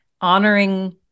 honoring